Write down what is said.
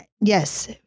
Yes